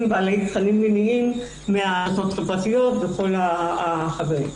בעלי תכנים מיניים מרשתות חברתיות וכן הלאה.